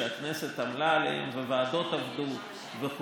שהכנסת עמלה עליהם והוועדות עבדו עליהם,